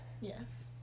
Yes